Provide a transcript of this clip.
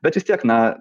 bet vis tiek na